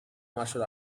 martial